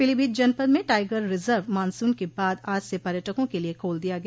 पीलीभीत जनपद में tiger reserve monsoon के बाद आज से पर्यटकों के लिये खोल दिया गया